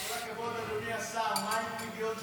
בכל הכבוד, אדוני השר, מה עם פדיון שבויים?